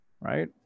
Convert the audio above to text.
right